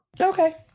Okay